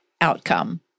outcome